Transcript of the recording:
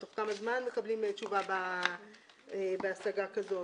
בתוך כמה זמן מקבלים תשובה בהשגה כזאת,